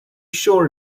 sure